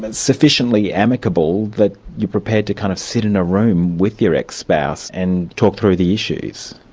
but sufficiently amicable that you're prepared to kind of sit in a room with your ex-spouse and talk through the issues?